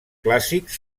clàssics